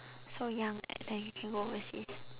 so young and then can go overseas